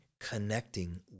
Connecting